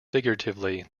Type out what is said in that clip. figuratively